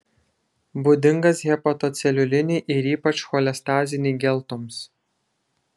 būdingas hepatoceliulinei ir ypač cholestazinei geltoms